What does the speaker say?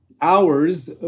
hours